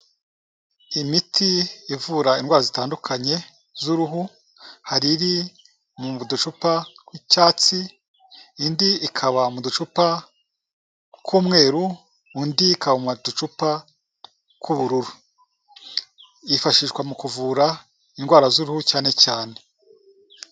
Imiti ivura indwara zitandukanye z'uruhu. Hari iri mu ducupa tw'icyatsi, indi ikaba mu ducupa tw'umweru, undi ikaba mu ducupa tw'ubururu. Yifashishwa mu kuvura indwara z'uruhu cyane cyane.